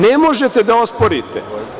Ne možete da osporite.